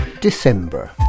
December